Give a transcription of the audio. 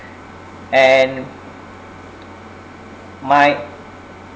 and might